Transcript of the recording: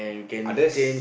are there's